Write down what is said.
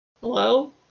Hello